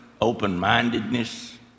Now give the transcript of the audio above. open-mindedness